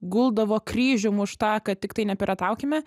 guldavo kryžium už tą kad tiktai nepirataukime